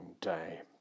day